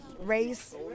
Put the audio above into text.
Race